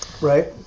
right